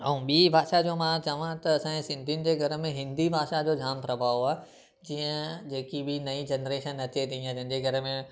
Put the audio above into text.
ऐं ॿी भाषा जो मां चवां त असां जे सिंधियुनि जे घर में हिंदी भाषा जो जामु प्रभाव आहे जीअं जेकी बि नईं जनरेशन अचे थी हीअं जंहिंजे घर में